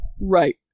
right